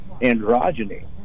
androgyny